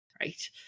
right